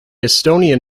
estonian